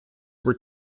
were